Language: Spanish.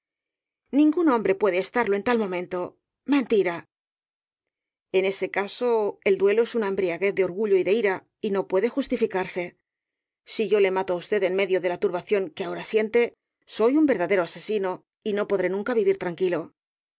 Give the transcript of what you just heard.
ningún hombre puede estarlo en tal momento mentira en ese caso el duelo es una embriaguez de orgullo y de ira y no puede justificarse si yo le mato á usted en medio de la turbación que ahora siente soy un verdadero asesino y no podré nunca vivir tranquilo